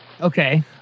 Okay